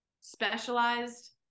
specialized